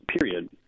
period